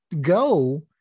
go